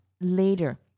later